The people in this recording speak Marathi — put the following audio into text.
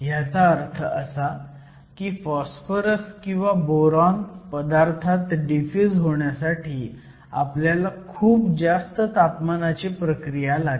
ह्याचा अर्थ असा की फॉस्फरस किंवा बोरॉन पदार्थात डिफ्युज होण्यासाठी आपल्याला खूप जास्त तापमानाची प्रक्रिया लागेल